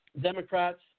Democrats